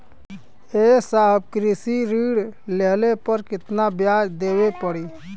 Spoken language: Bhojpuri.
ए साहब कृषि ऋण लेहले पर कितना ब्याज देवे पणी?